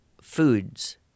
foods